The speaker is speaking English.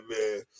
man